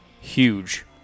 Huge